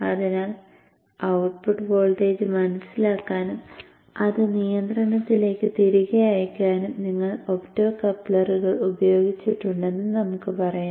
അതിനാൽ output voltage മനസ്സിലാക്കാനും അത് നിയന്ത്രണത്തിലേക്ക് തിരികെ അയയ്ക്കാനും നിങ്ങൾ ഒപ്ടോകപ്ലറുകൾ ഉപയോഗിച്ചിട്ടുണ്ടെന്ന് നമുക്ക് പറയാം